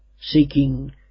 seeking